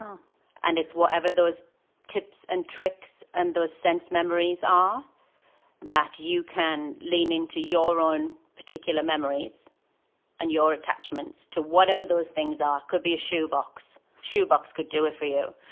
um and it's whatever those tips and tricks and those sense memories are that you can lean into your own particular memories and your attachments to whatever those things are. could be a shoe box. shoe box could do it for you.